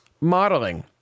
modeling